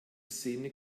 szene